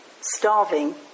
starving